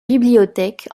bibliothèque